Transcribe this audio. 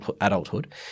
adulthood